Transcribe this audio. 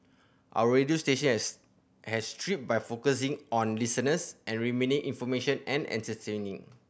our radio station has has thrived by focusing on listeners and remaining information and entertaining